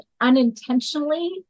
unintentionally